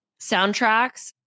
soundtracks